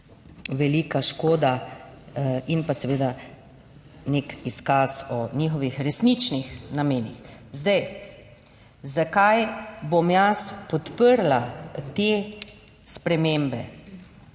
Velika škoda in pa seveda nek izkaz o njihovih resničnih namenih. Zakaj bom jaz podprla te spremembe?